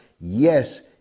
yes